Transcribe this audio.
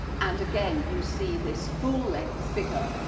and again you see this full-length figure,